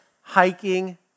hiking